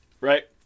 right